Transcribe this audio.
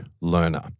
learner